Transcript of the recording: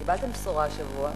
קיבלתם בשורה השבוע.